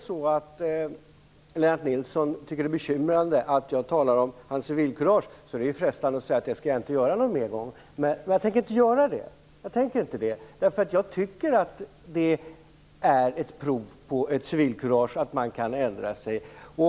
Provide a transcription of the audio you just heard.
Om nu Lennart Nilsson tycker att det är bekymrande att jag talar om hans civilkurage är det frestande att säga att jag inte skall göra det någon mer gång. Men jag tänker inte säga det. Jag tycker att det är ett prov på civilkurage att man kan ändra sig.